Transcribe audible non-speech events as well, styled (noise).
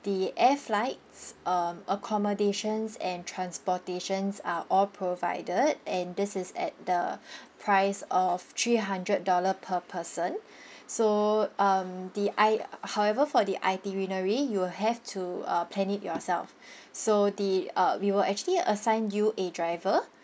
the air flights um accommodations and transportations are all provided and this is at the price of three hundred dollar per person so um the i~ (noise) however for the itinerary you will have to uh plan it yourself so the uh we will actually assign you a driver